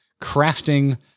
crafting